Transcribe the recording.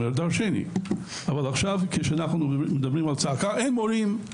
כך שאם אנחנו מסתכלים קדימה אין פניקה.